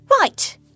Right